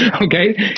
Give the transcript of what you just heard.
okay